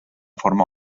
forma